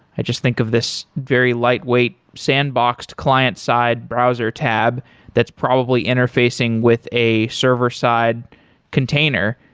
i just think of this very lightweight sandboxed client side browser tab that's probably interfacing with a server-side container,